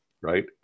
right